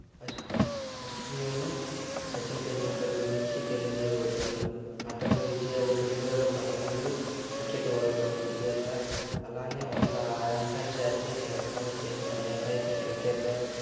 first నేను సచిన్ టెండుల్కర్ గురించి తెలియజేయబోతున్నాను అతను విజయాలు రెండు వేల పదకొండు క్రికెట్ వరల్డ్ కప్ విజేత అలానే వంద అంతర్జాతీయ శతకాలు చేసిన ఏకైక క్రికెటర్